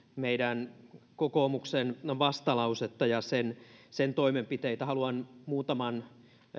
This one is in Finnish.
meidän kokoomuksen vastalausetta ja sen sen toimenpiteitä haluan muutaman